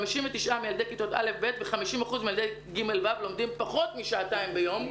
59% מילדי כיתות א-ב ו-50% מילדי כיתות ג-ו לומדים פחות משעתיים ביום.